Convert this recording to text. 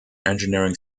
engineering